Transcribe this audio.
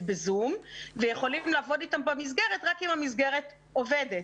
ב-זום ויכולים לעבוד אתם במסגרת רק אם המסגרת עובדת.